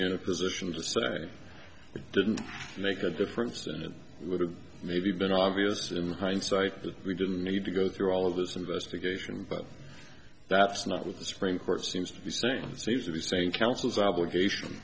been in a position to say that it didn't make a difference and it would have maybe been obvious in hindsight that we didn't need to go through all of this investigation but that's not what the supreme court seems to be same seems to be saying counsel's obligation